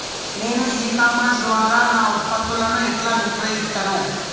నేను e commerce ద్వారా నా ఉత్పత్తులను ఎట్లా విక్రయిత్తను?